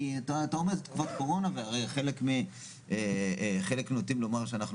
כי אתה אומר שזו תקופת קורונה וחלק נוטים לומר שאנחנו